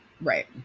Right